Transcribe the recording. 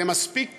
זה מספיק קשה.